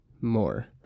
more